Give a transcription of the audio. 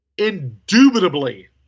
indubitably